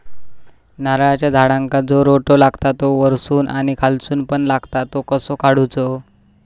नारळाच्या झाडांका जो रोटो लागता तो वर्सून आणि खालसून पण लागता तो कसो काडूचो?